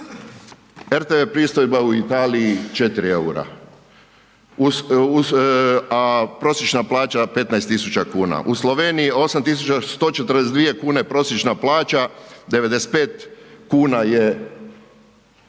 rtv pristojba u Italiji 4 EUR-a uz, a prosječna plaća 15.000 kuna. U Sloveniji 8.142 kune prosječna plaća, 95 kuna je